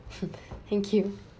thank you